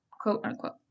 quote-unquote